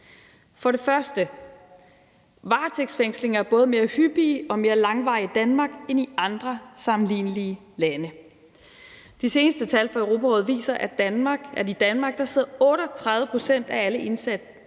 For det første: Varetægtsfængslinger er både mere hyppige og mere langvarige i Danmark end i andre sammenlignelige lande. De seneste tal fra Europarådet viser, at i Danmark sidder 38 pct. af alle indsatte